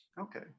Okay